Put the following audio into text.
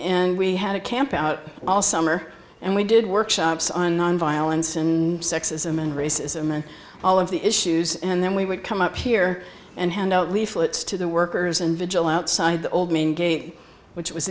and we had a camp out all summer and we did workshops on nonviolence and sexism and racism and all of the issues and then we would come up here and hand out leaflets to the workers and vigil outside the old main gate which was